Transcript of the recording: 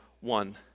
one